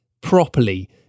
properly